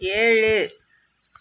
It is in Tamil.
ஏழு